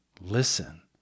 Listen